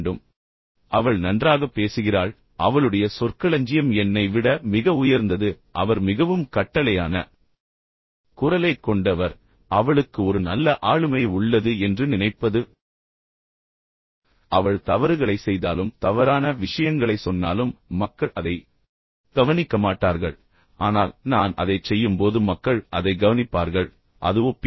எனவே அவள் நன்றாக பேசுகிறாள் அவளுடைய சொற்களஞ்சியம் என்னை விட மிக உயர்ந்தது அவர் மிகவும் கட்டளையான குரலைக் கொண்டவர் அவளுக்கு ஒரு நல்ல ஆளுமை உள்ளது என்று நினைப்பது எனவே அவள் தவறுகளைச் செய்தாலும் தவறான விஷயங்களைச் சொன்னாலும் மக்கள் அதை கவனிக்க மாட்டார்கள் ஆனால் நான் அதைச் செய்யும்போது மக்கள் அதை கவனிப்பார்கள் எனவே அது ஒப்பீடு